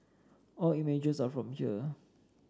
all images are from here